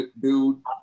dude